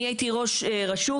אני הייתי ראש רשות.